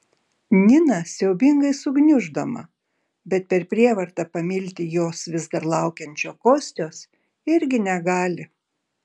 nina siaubingai sugniuždoma bet per prievartą pamilti jos vis dar laukiančio kostios irgi negali